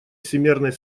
всемерной